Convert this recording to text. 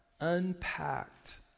unpacked